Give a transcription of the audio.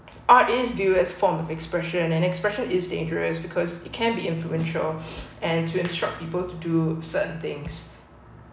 art is viewed as form of expression and an expression is dangerous because it can be influential and to instruct people to do certain things